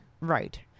Right